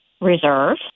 reserve